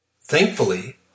thankfully